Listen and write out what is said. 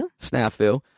snafu